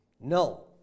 No